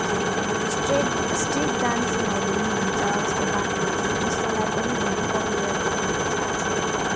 के भन्छ straight street डान्सिङ्गहरू पनि हुन्छ यस्तो बाटोहुँदी त्यस्तोलाई पनि धेरै पपुलारिटी दिएको छ आजकल त